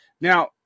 now